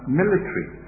military